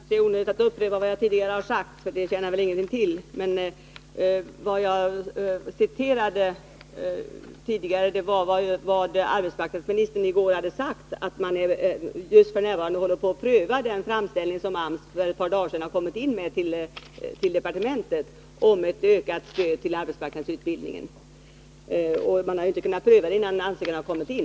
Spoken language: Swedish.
Herr talman! Det är kanske onödigt att upprepa vad jag tidigare har sagt, för det tjänar väl ingenting till. Men jag vill framhålla att vad jag citerade tidigare var vad arbetsmarknadsministern i går hade sagt, nämligen att man f. n. håller på att pröva den framställning som AMS för ett par dagar sedan lämnade in till departementet om ökat stöd till arbetsmarknadsutbildningen. Man har ju inte kunnat pröva ärendet innan ansökan har kommit in.